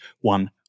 one